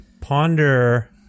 ponder